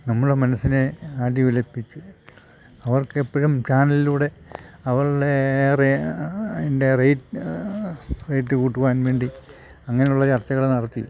നമ്മുടെ മനസ്സിനെ ആടി ഉലപ്പിച്ച് അവർക്കെപ്പോഴും ചാനലിലൂടെ അവരുടെ റേ അതിൻ്റെ റേറ്റ് റേയ്റ്റ് കൂട്ടുവാൻ വേണ്ടി അങ്ങനുള്ള ചർച്ചകൾ നടത്തി